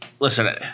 Listen